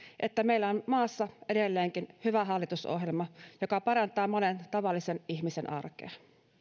että meillä on maassa edelleenkin hyvä hallitusohjelma joka parantaa monen tavallisen ihmisen arkea